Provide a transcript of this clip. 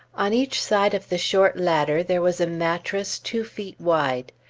on each side of the short ladder, there was a mattress two feet wide.